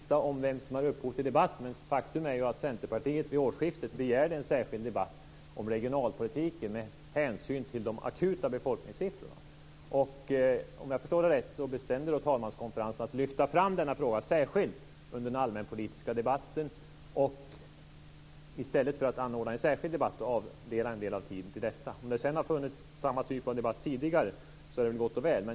Fru talman! Låt oss inte tvista om vem som är upphov till debatten. Faktum är att Centerpartiet vid årsskiftet begärde en särskild debatt om regionalpolitiken med hänsyn till de akuta befolkningssiffrorna. Om jag förstår det rätt bestämde talmanskonferensen att lyfta fram den här frågan särskilt under den allmänpolitiska debatten och i stället för att anordna en särskild debatt avdela en del av tiden till detta. Om det sedan har funnits samma typ av debatt tidigare är det gott och väl.